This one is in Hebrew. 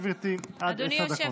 גברתי, עד עשר דקות.